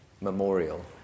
memorial